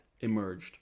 emerged